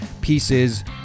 pieces